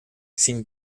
sin